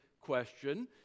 question